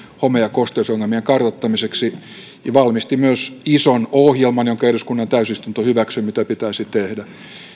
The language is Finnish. home ja kosteusongelmien kartoittamiseksi ja valmisti myös ison ohjelman jonka eduskunnan täysistunto hyväksyi mitä pitäisi tehdä